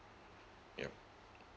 yup